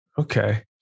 okay